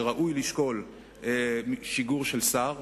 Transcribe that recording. שראוי לשקול שיגור של שר.